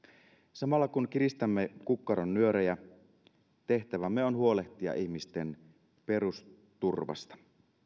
samalla kun kiristämme kukkaron nyörejä tehtävämme on huolehtia ihmisten perusturvasta